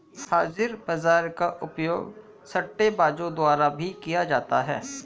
हाजिर बाजार का उपयोग सट्टेबाजों द्वारा भी किया जाता है